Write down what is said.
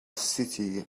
city